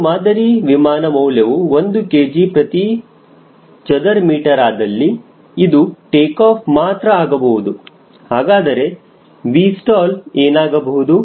ಒಂದು ಮಾದರಿ ವಿಮಾನ ಮೌಲ್ಯವು 1 kgm2 ಆದಲ್ಲಿ ಅದು ಟೇಕಾಫ್ ಮಾತ್ರ ಆಗಬಹುದು ಹಾಗಾದರೆ 𝑉stall ಏನಾಗಬಹುದು